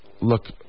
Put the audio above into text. look